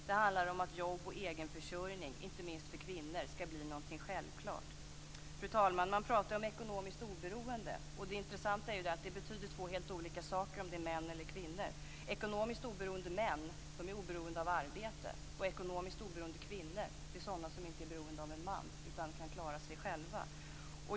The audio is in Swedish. Det handlar om att jobb och egen försörjning, inte minst för kvinnor, skall bli någonting självklart. Fru talman! Man pratar om ekonomiskt oberoende. Det intressanta är att det betyder två helt olika saker beroende på om det är män eller kvinnor. Ekonomiskt oberoende män är oberoende av arbete. Ekonomiskt oberoende kvinnor är sådana som inte är beroende av en man utan kan klara sig själva.